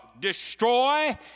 Destroy